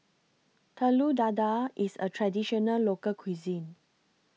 Telur Dadah IS A Traditional Local Cuisine